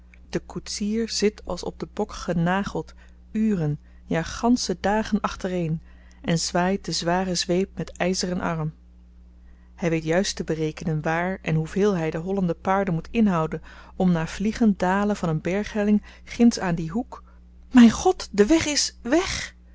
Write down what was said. de koetsier zit als op den bok genageld uren ja gansche dagen achtereen en zwaait de zware zweep met yzeren arm hy weet juist te berekenen waar en hoeveel hy de hollende paarden moet inhouden om na vliegend dalen van een berghelling ginds aan dien hoek myn god de weg is weg